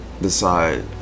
decide